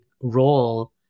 role